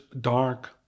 dark